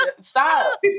Stop